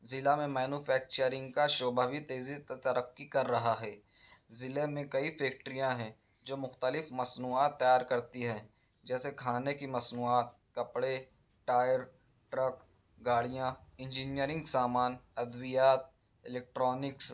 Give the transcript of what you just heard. ضلع میں مینوفکچرنگ کا شعبہ بھی تیزی ترقی کر رہا ہے ضلعے میں کئی فیکٹریاں ہیں جو مختلف مصنوعات تیار کرتی ہیں جیسے کھانے کی مصنوعات کپڑے ٹائر ٹرک گاڑیاں انجینئرنگ سامان ادویات الکٹرانکس